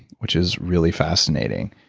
which is really fascinating.